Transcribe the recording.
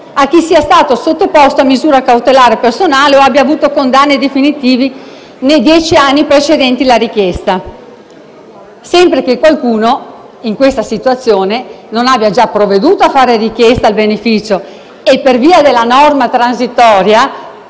a chi sia stato sottoposto a misura cautelare personale o abbia avuto condanne definitive nei dieci anni precedenti la richiesta, sempre che qualcuno in questa situazione non abbia già provveduto a fare richiesta del beneficio e, per via della norma transitoria